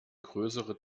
größere